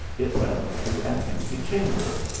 it led to an empty chamber,